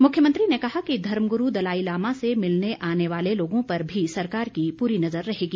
मुख्यमंत्री ने कहा कि धर्मगुरू दलाईलामा से मिलने आने वाले लोगों पर भी सरकार की पूरी नजर रहेगी